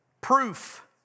Proof